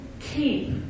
keep